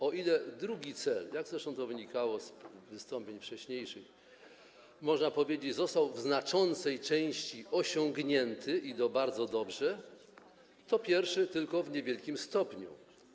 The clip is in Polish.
O ile drugi cel, jak zresztą to wynikało z wystąpień wcześniejszych, można powiedzieć, został w znaczącej części osiągnięty, i to bardzo dobrze, o tyle pierwszy - tylko w niewielkim stopniu.